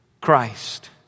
Christ